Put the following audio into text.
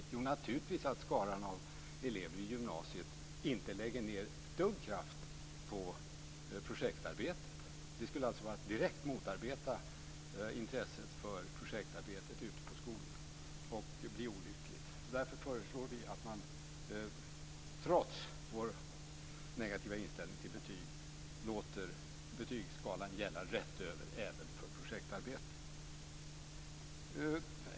Jo, det betyder naturligtvis att skaran av elever i gymnasiet inte lägger ned ett dugg kraft på projektarbetet. Det skulle alltså vara att direkt motarbeta intresset för projektarbetet ute på skolorna och bli olyckligt. Därför föreslår vi, trots vår negativa inställning till betyg, att man låter betygsskalan gälla rätt över, även för projektarbetet.